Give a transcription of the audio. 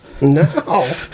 no